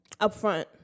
upfront